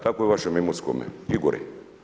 Kako je u vašem Imotskome, Igore?